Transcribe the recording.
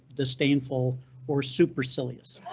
disdainful or supercilious.